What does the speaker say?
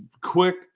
quick